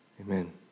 Amen